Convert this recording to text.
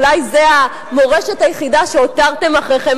אולי זו המורשת היחידה שהותרתם אחריכם,